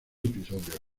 episodios